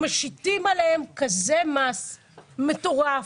משיתים עליהם כזה מס מטורף.